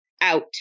out